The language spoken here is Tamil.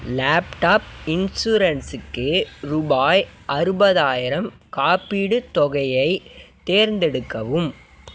லேப்டாப் இன்சூரன்ஸுக்கு ரூபாய் அறுபதாயிரம் காப்பீடுத் தொகையை தேர்ந்தெடுக்கவும்